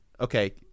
okay